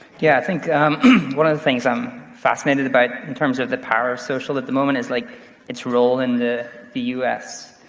yeah, i think one of the things i'm fascinated about in terms of the power of social at the moment is like its role in the the u s,